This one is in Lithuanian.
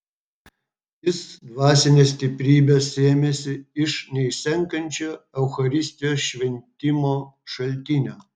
jis dvasinės stiprybės sėmėsi iš neišsenkančio eucharistijos šventimo šaltinio